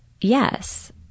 Yes